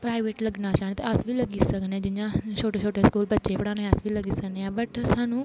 private लग्गना चाहंदे अस बी लग्गी सकने आं जियां छोटे छोटे स्कूल बच्चे पढांने गी अस बी लग्गी सकने बट स्हानू